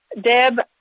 Deb